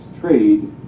trade